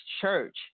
church